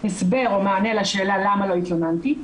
הסבר או מענה לשאלה למה לא התלוננתי,